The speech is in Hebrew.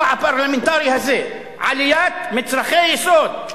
הפרלמנטרי הזה: עלייה במחירי מצרכי יסוד,